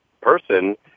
person